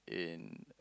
in